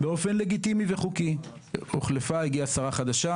באופן לגיטימי וחוקי הגיעה שרה חדשה